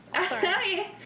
Sorry